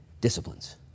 disciplines